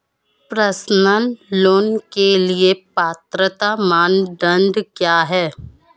Personal loan के लिए पात्रता मानदंड क्या हैं?